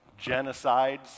genocides